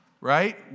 Right